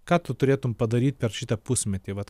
ką tu turėtum padaryt per šitą pusmetį vat